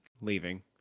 leaving